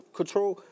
control